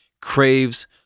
craves